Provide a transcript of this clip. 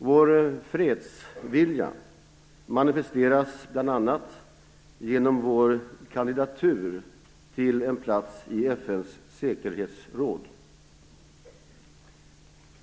Vår fredsvilja manifesteras bl.a. genom vår kandidatur till en plats i FN:s säkerhetsråd.